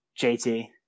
JT